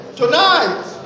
tonight